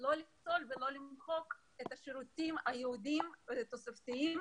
לא לפסול ולא למחוק את השירותים הייעודיים והתוספתיים,